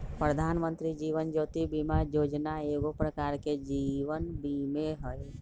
प्रधानमंत्री जीवन ज्योति बीमा जोजना एगो प्रकार के जीवन बीमें हइ